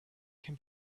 can